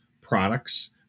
products